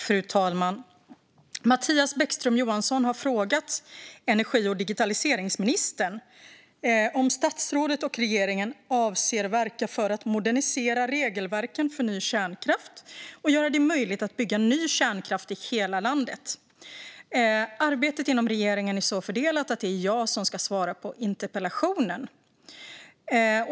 Fru talman! Mattias Bäckström Johansson har frågat energi och digitaliseringsministern om statsrådet och regeringen avser att verka för att modernisera regelverken för ny kärnkraft och göra det möjligt att bygga ny kärnkraft i hela landet. Arbetet inom regeringen är så fördelat att det är jag som ska svara på interpellationen.